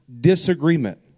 disagreement